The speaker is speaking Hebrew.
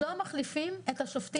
אנחנו לא מחליפים את השופטים.